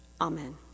Amen